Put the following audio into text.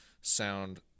sound